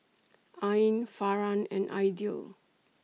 Ain Farhan and Aidil